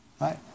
right